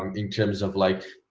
um in terms of like